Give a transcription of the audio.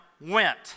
went